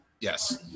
Yes